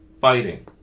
fighting